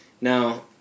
Now